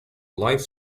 life